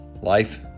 life